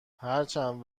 هرچند